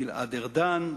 גלעד ארדן.